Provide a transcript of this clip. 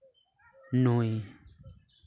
ᱱᱩᱭ